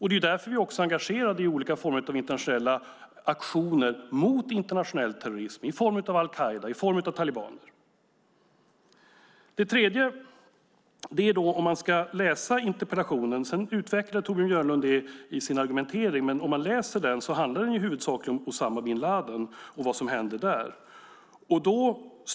Det är därför vi är engagerade i olika former av internationella aktioner mot internationell terrorism i form av al-Qaida och talibaner. För det tredje handlar interpellationen - det utvecklar Torbjörn Björlund i sin argumentering - huvudsakligen om Usama bin Ladin.